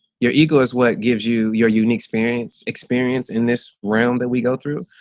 your ego is what gives you your unique experience experience in this round that we go through.